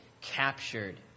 captured